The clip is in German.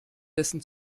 dessen